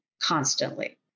constantly